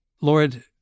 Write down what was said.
Lord